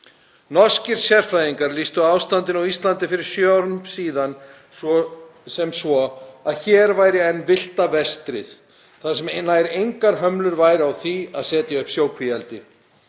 Norskir sérfræðingar lýstu ástandinu á Íslandi fyrir sjö árum síðan sem svo að hér væri enn villta vestrið, þar sem nær engar hömlur væru á því að setja upp sjókvíaeldi.